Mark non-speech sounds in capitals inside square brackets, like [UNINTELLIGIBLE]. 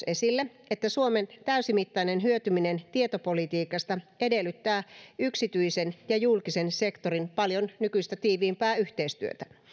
[UNINTELLIGIBLE] esille että suomen täysimittainen hyötyminen tietopolitiikasta edellyttää yksityisen ja julkisen sektorin paljon nykyistä tiiviimpää yhteistyötä